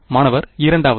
மாணவர் இரண்டாவது